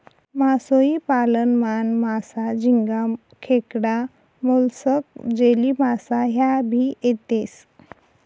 मासोई पालन मान, मासा, झिंगा, खेकडा, मोलस्क, जेलीमासा ह्या भी येतेस